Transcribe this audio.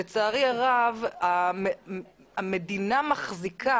לצערי הרב המדינה מחזיקה,